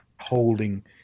holding